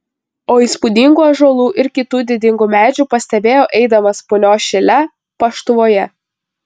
o įspūdingų ąžuolų ir kitų didingų medžių pastebėjau eidamas punios šile paštuvoje